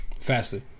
Faster